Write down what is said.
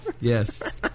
Yes